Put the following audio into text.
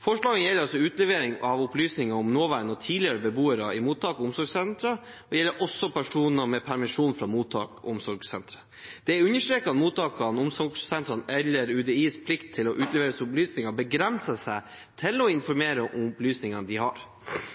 Forslaget gjelder altså utlevering av opplysninger om nåværende og tidligere beboere i mottak og omsorgssentre, og det gjelder også personer med permisjon fra mottak og omsorgssentre. Det er understreket at mottakenes, omsorgssentrenes eller UDIs plikt til å utlevere opplysninger begrenser seg til å informere om opplysninger de har.